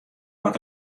wat